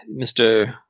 Mr